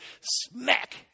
Smack